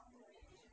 有意思